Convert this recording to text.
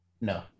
No